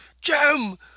Jim